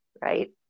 right